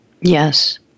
Yes